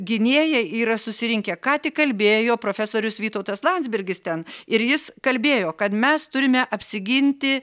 gynėjai yra susirinkę ką tik kalbėjo profesorius vytautas landsbergis ten ir jis kalbėjo kad mes turime apsiginti